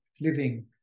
living